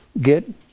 get